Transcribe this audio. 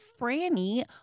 Franny